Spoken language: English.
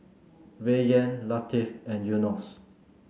Rayyan Latif and Yunos